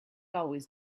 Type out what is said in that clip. always